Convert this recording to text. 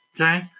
Okay